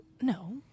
No